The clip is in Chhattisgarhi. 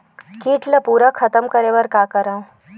कीट ला पूरा खतम करे बर का करवं?